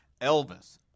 Elvis